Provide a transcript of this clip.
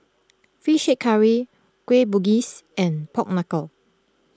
Fish Head Curry Kueh Bugis and Pork Knuckle